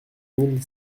mille